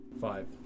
Five